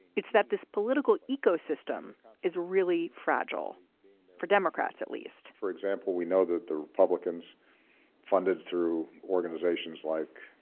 it's that this political ecosystem is really fragile for democrats at least for example, we know that the republicans funded through organizations like